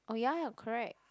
oh ya correct